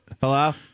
Hello